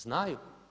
Znaju.